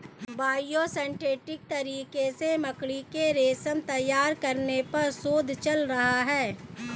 biosynthetic तरीके से मकड़ी के रेशम तैयार करने पर शोध चल रहा है